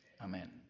amen